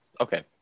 Okay